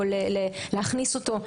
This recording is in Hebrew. להכניס אותו.